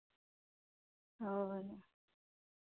ᱦᱳᱭ